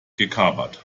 gekapert